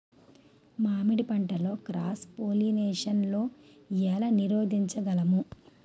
మామిడి పంటలో cross pollination నీ ఏల నీరోధించగలము?